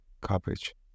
garbage